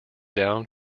down